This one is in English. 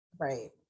Right